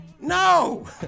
No